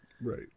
Right